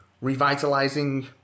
revitalizing